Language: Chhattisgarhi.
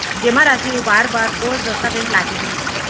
जेमा राशि उबार बर कोस दस्तावेज़ लागही?